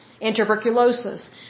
Tuberculosis